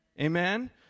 Amen